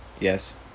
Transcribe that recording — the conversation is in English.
Yes